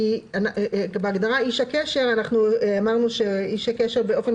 בהגדרה "איש קשר" אמרנו שאיש הקשר באופן